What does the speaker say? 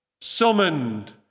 summoned